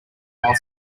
while